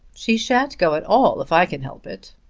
she shan't go at all if i can help it.